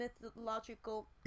mythological